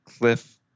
Cliff